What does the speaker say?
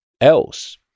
else